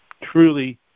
truly